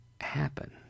happen